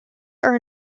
are